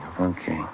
Okay